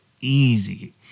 easy